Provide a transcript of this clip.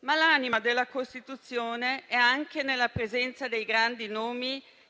ma l'anima della Costituzione è anche nella presenza dei grandi nomi